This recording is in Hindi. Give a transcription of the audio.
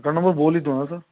अकाउंट नंबर बोल ही दो ना सर